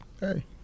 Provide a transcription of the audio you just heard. hey